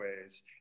ways